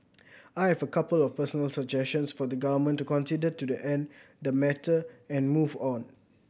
I have a couple of personal suggestions for the Government to consider to the end the matter and move on